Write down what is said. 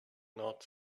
not